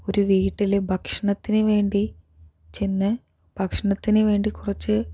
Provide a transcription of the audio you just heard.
ഒരു വീട്ടില് ഭക്ഷണത്തിന് വേണ്ടി ചെന്ന് ഭക്ഷണത്തിന് വേണ്ടി കുറച്ച്